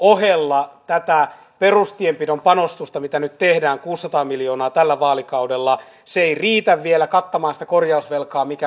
väitän että monetkin parannukset mitä suunniteltiin tehtäväksi hallintarekisteriin jäivät vanhan kohun alle ja ei aidosti katsottu sitä että tehtiin paranneltuja versioita vaan puhuttiin oikeastaan perinteisestä siitä vanhasta hallintarekisteristä